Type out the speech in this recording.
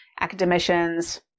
academicians